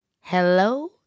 Hello